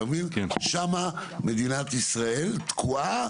שם מדינת ישראל תקועה